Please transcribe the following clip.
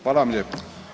Hvala vam lijepa.